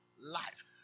life